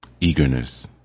eagerness